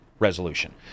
resolution